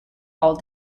all